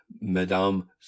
madame